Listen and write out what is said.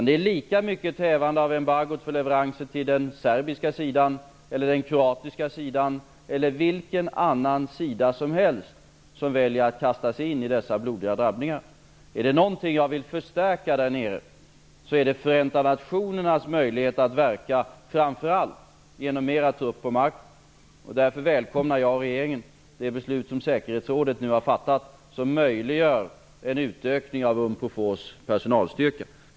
Det är lika mycket ett hävande av embargot för leveranser till den serbiska sidan, den kroatiska sidan eller vilken annan sida som helst som väljer att kasta sig in i dessa blodiga drabbningar. Är det någonting som jag vill förstärka där nere är det Förenta nationernas möjlighet att verka framför allt genom mer trupp på marken. Därför välkomnar jag och regeringen det beslut som säkerhetsrådet nu har fattat, som möjliggör en utökning av Unprofors personalstyrka.